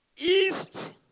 east